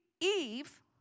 Eve